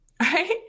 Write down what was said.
Right